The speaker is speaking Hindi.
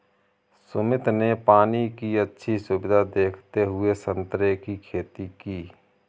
सुमित ने पानी की अच्छी सुविधा देखते हुए संतरे की खेती की